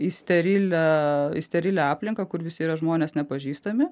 į sterilią į sterilią aplinką kur visi yra žmonės nepažįstami